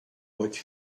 what